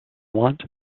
want